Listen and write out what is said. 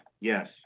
yes